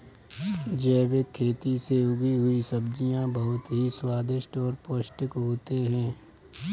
जैविक खेती से उगी हुई सब्जियां बहुत ही स्वादिष्ट और पौष्टिक होते हैं